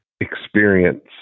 experience